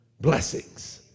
blessings